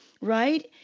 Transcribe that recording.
right